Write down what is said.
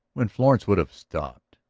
when florence would have stopped,